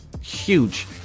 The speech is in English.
huge